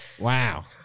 Wow